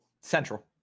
Central